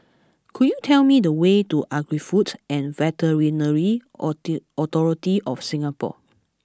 could you tell me the way to Agri Food and Veterinary Authority of Singapore